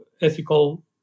ethical